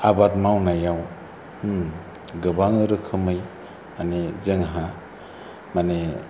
आबाद मावनायाव गोबां रोखोमै माने जोंहा माने